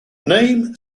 name